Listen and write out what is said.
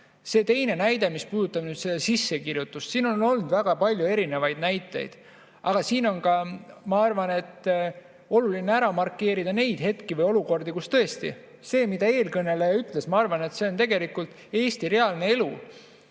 Teine näide, mis puudutab seda sissekirjutust. Siin on olnud väga palju erinevaid näiteid, aga siin on ka, ma arvan, oluline ära markeerida neid olukordi, kus tõesti see, mida eelkõneleja ütles, on tegelikult Eesti reaalne elu.